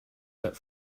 set